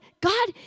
God